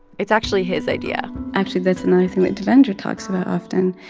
it's actually his idea actually, that's another thing that devendra talks about often.